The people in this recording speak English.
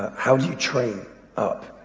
how do you train up?